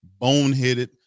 boneheaded